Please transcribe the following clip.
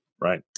Right